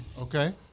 Okay